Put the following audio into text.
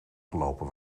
gelopen